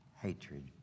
hatred